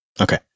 Okay